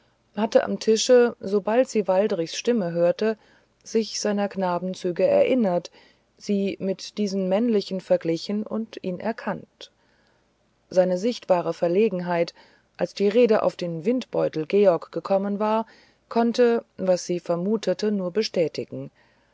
hatte am tische sobald sie waldrichs stimme hörte sich seiner knabenzüge erinnert sie mit diesen männlichen verglichen und ihn erkannt seine sichtbare verlegenheit als die rede auf den windbeutel georg gekommen war konnte was sie vermutete nur bestätigen